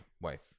wife